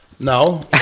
No